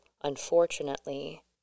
unfortunately